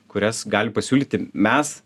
kurias gali pasiūlyti mes